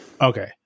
Okay